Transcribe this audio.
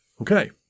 Okay